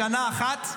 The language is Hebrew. בשנה אחת,